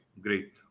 great